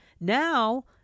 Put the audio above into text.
now